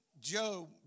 Job